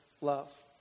love